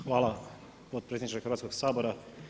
Hvala potpredsjedniče Hrvatskoga sabora.